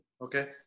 Okay